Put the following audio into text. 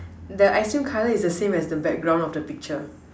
the ice cream colour is the same as the background of the picture